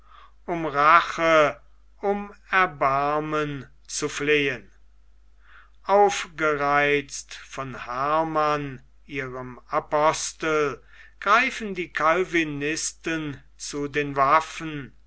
um rache um erbarmen zu flehen aufgereizt von hermann ihrem apostel greifen die calvinisten zu den waffen